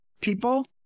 people